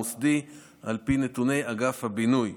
על פי נתוני אגף הבינוי.